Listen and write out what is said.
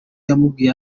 yamubwiye